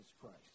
Christ